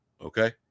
okay